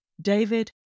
David